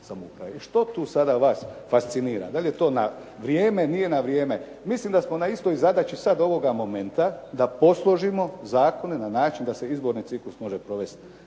Što tu sada vas fascinira? Da li je to na vrijeme, nije na vrijeme? Mislim da smo na istoj zadaći sad ovoga momenta da posložimo zakone na način da se izborni ciklus može provesti